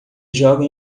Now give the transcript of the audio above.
joga